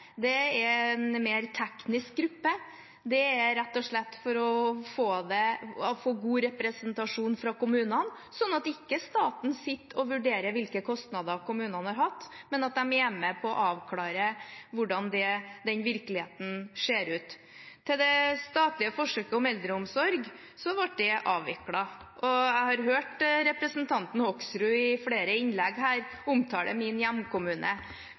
er en mer teknisk gruppe. Det er rett og slett for å få god representasjon fra kommunene, slik at staten ikke sitter og vurderer hvilke kostnader kommunene har hatt, men at de er med på avklare hvordan den virkeligheten ser ut. Når det gjelder forsøket med statlig finansiert eldreomsorg, ble det avviklet. Jeg har hørt representanten Hoksrud i flere innlegg her omtale min hjemkommune,